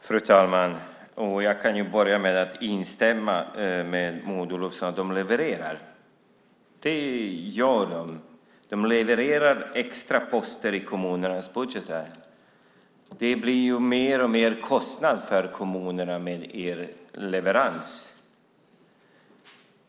Fru talman! Jag kan instämma med Maud Olofsson i att de levererar. Det gör de. De levererar extra poster i kommunernas budgetar. Det blir mer och mer kostnader för kommunerna med er leverans.